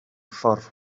ffordd